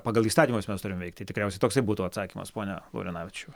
pagal įstatymus mes turim veikti tikriausiai toksai būtų atsakymas pone laurinavičiau